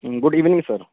good evening sir